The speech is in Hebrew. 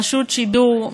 רשות השידור,